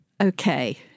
okay